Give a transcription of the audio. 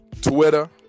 Twitter